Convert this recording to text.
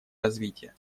развития